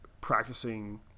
practicing